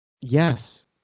Yes